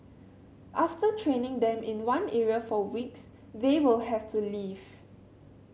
after training them in one area for weeks they will have to leave